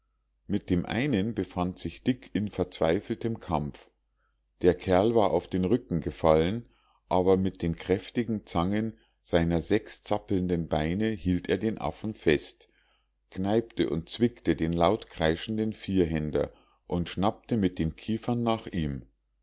mit dem einen befand sich dick in verzweifeltem kampf der kerl war auf den rücken gefallen aber mit den kräftigen zangen seiner sechs zappelnden beine hielt er den affen fest kneipte und zwickte den laut kreischenden vierhänder und schnappte mit den kiefern nach ihm